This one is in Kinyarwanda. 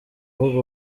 ivuga